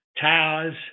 towers